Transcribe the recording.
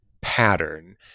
pattern